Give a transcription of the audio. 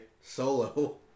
Solo